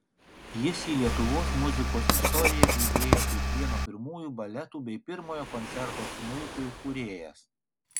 jis į lietuvos muzikos istoriją įėjo kaip vieno pirmųjų baletų bei pirmojo koncerto smuikui kūrėjas